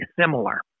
similar